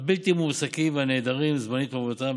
הבלתי-מועסקים והנעדרים זמנית מעבודתם,